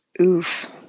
Oof